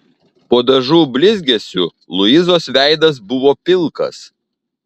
po dažų blizgesiu luizos veidas buvo pilkas